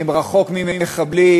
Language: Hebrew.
הם רחוק ממחבלים,